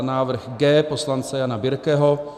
Návrh G poslance Jana Birkeho.